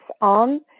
on